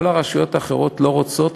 כל הרשויות האחרות לא רוצות,